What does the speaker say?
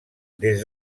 des